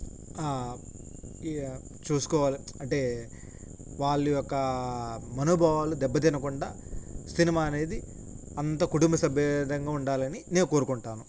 ఈ చూసుకోవాలి అంటే వాళ్ళు యొక్క మనోభావాలు దెబ్బ తినకుండా సినిమా అనేది అంత కుటుంబ సభ్యేధంగా ఉండాలని నేను కోరుకుంటాను